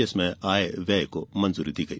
जिसमें आय व्यय को मंजूरी दी गई